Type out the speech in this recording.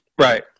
Right